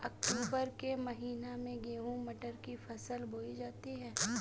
अक्टूबर के महीना में गेहूँ मटर की फसल बोई जाती है